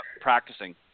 practicing